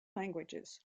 languages